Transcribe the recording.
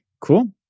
Cool